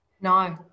No